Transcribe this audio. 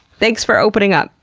thanks for opening up!